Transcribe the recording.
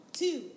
two